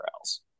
else